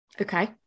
Okay